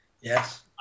Yes